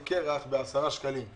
ארטיק קרח ב-10 שקלים.